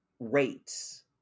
rates